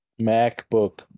macbook